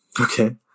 Okay